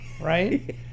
Right